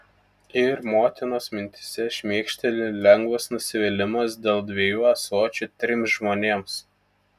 ir motinos mintyse šmėkšteli lengvas nusivylimas dėl dviejų ąsočių trims žmonėms